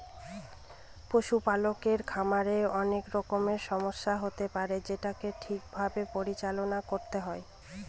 পশুপালকের খামারে অনেক রকমের সমস্যা হতে পারে যেটাকে ঠিক ভাবে পরিচালনা করতে হয়